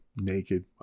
naked